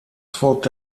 folgte